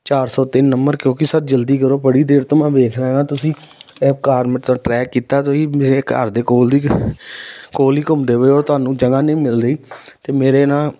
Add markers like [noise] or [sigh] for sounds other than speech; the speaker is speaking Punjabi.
ਚਾਰ ਸੌ ਤਿੰਨ ਨੰਬਰ ਕਿਉਂਕਿ ਸਰ ਜਲਦੀ ਕਰੋ ਬੜੀ ਦੇਰ ਤੋਂ ਮੈਂ ਵੇਖ ਰਿਹਾ ਤੁਸੀਂ ਇਹ ਘਰ [unintelligible] ਟਰੈਕ ਕੀਤਾ ਤੁਸੀਂ ਮੇਰੇ ਘਰ ਦੇ ਕੋਲ ਦੀ ਕੋਲ ਹੀ ਘੁੰਮਦੇ ਪਏ ਹੋ ਤੁਹਾਨੂੰ ਜਗ੍ਹਾ ਨਹੀਂ ਮਿਲ ਰਹੀ ਅਤੇ ਮੇਰੇ ਨਾ